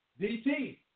DT